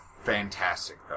fantastic